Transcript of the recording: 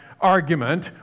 argument